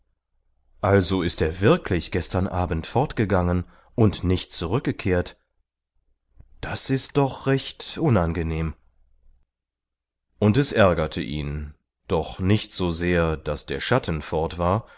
also ist er wirklich gestern abend fortgegangen und nicht zurückgekehrt das ist doch recht unangenehm und es ärgerte ihn doch nicht so sehr daß der schatten fort war